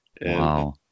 Wow